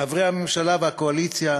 חברי הממשלה והקואליציה,